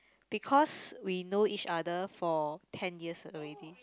because we know each other for ten years already